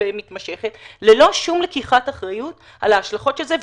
ומתמשכת ללא שום לקיחת אחריות על ההשלכות של זה.